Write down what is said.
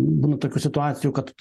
būna tokių situacijų kad